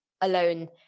alone